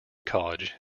college